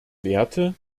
werte